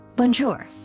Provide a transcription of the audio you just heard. Bonjour